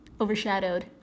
Overshadowed